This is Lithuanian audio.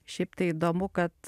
šiaip tai įdomu kad